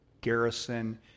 garrison